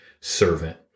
servant